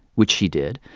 which she did.